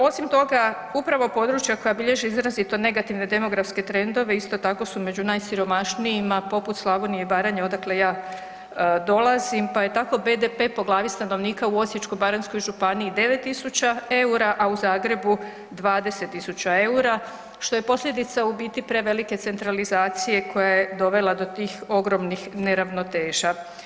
Osim toga upravo područja koja bilježe izrazito negativne demografske trendove isto tako su među najsiromašnijima poput Slavonije i Baranje odakle ja dolazim pa je tako BDP po glavi stanovnika u Osječko-baranjskoj županiji 9.000 eura, a u Zagrebu 20.000 eura što je posljedica u biti prevelike centralizacije koja je dovela do tih ogromnih neravnoteža.